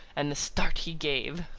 and the start he gave!